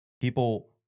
people